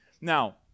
Now